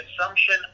assumption